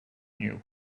you